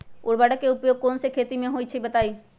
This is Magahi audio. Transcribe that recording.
उर्वरक के उपयोग कौन कौन खेती मे होई छई बताई?